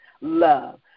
love